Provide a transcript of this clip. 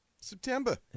September